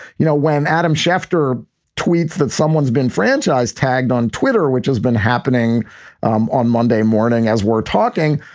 you know, when adam schefter tweets that someone's been franchise tagged on twitter, which has been happening um on monday morning, as we're talking,